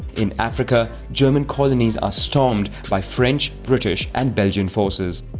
in africa, german colonies are stormed by french, british and belgian forces.